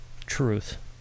truth